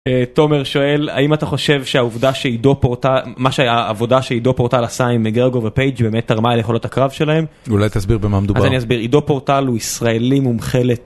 תומר שואל, האם אתה חושב שהעובדה שעידו פורטל... מה שהעבודה שעידו פורטל עשה עם גרגו ופייג' באמת תרמה אל היכולות הקרב שלהם? אולי תסביר במה מדובר. אז אני אסביר, עידו פורטל הוא ישראלי מומחה ל...